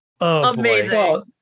Amazing